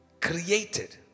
created